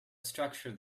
structure